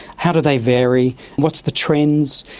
how do they vary, what's the trends?